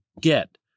get